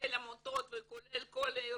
כולל עמותות וכולל כל הארגונים,